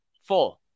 four